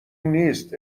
نیست